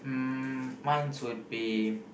um mine would be